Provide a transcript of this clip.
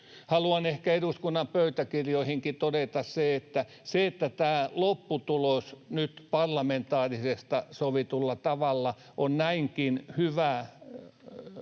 Haluan ehkä eduskunnan pöytäkirjoihinkin todeta sen, että se, että tämä lopputulos nyt parlamentaarisesti sovitulla tavalla on näinkin hyvä,